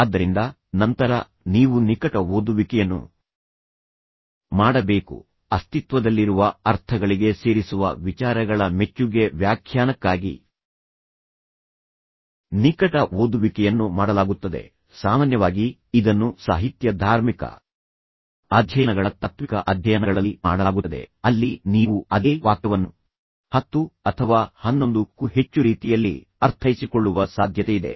ಆದ್ದರಿಂದ ನಂತರ ನೀವು ನಿಕಟ ಓದುವಿಕೆಯನ್ನು ಮಾಡಬೇಕು ಅಸ್ತಿತ್ವದಲ್ಲಿರುವ ಅರ್ಥಗಳಿಗೆ ಸೇರಿಸುವ ವಿಚಾರಗಳ ಮೆಚ್ಚುಗೆ ವ್ಯಾಖ್ಯಾನಕ್ಕಾಗಿ ನಿಕಟ ಓದುವಿಕೆಯನ್ನು ಮಾಡಲಾಗುತ್ತದೆ ಸಾಮಾನ್ಯವಾಗಿ ಇದನ್ನು ಸಾಹಿತ್ಯ ಧಾರ್ಮಿಕ ಅಧ್ಯಯನಗಳ ತಾತ್ವಿಕ ಅಧ್ಯಯನಗಳಲ್ಲಿ ಮಾಡಲಾಗುತ್ತದೆ ಅಲ್ಲಿ ನೀವು ಅದೇ ವಾಕ್ಯವನ್ನು 10 ಅಥವಾ 11 ಕ್ಕೂ ಹೆಚ್ಚು ರೀತಿಯಲ್ಲಿ ಅರ್ಥೈಸಿಕೊಳ್ಳುವ ಸಾಧ್ಯತೆಯಿದೆ